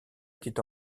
était